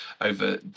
over